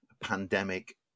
pandemic